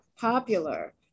popular